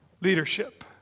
leadership